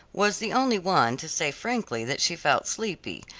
was the only one to say frankly that she felt sleepy,